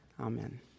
Amen